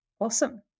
Awesome